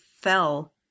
fell